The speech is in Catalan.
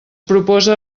proposa